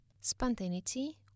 Spontaneity